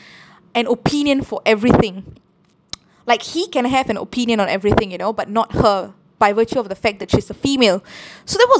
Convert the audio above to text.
an opinion for everything like he can have an opinion on everything you know but not her by virtue of the fact that she's a female so that was